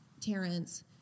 Terrence